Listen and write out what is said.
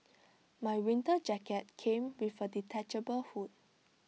my winter jacket came with A detachable hood